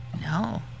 No